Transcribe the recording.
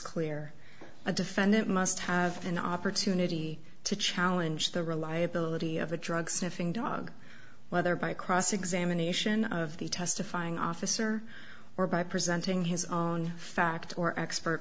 clear a defendant must have an opportunity to challenge the reliability of a drug sniffing dog whether by cross examination of the testifying officer or by presenting his own fact or expert